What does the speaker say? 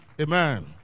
Amen